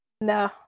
No